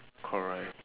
correct